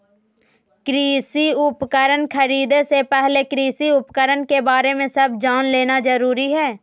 कृषि उपकरण खरीदे से पहले कृषि उपकरण के बारे में सब जान लेना जरूरी हई